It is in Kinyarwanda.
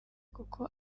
kuko